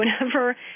whenever